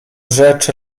rzecz